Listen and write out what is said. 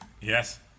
yes